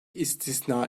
istisna